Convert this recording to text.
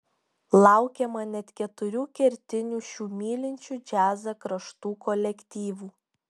laukiama net keturių kertinių šių mylinčių džiazą kraštų kolektyvų